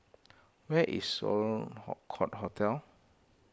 where is Sloane Court Hotel